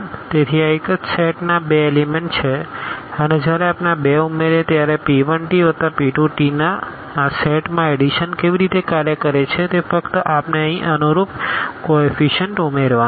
તેથી આ એક જ સેટના આ બે એલીમેન્ટ છે અને જ્યારે આપણે આ બે ઉમેરીએ છીએ ત્યારે p1 વત્તા p2 આ સેટમાં એડીશન કેવી રીતે કાર્ય કરે છે તે ફક્ત આપણે અહીં અનુરૂપ કો એફ્ફીશીયનટ્સ ઉમેરવાના છે